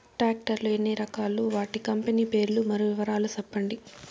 Tractor లు ఎన్ని రకాలు? వాటి కంపెని పేర్లు మరియు వివరాలు సెప్పండి?